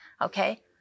okay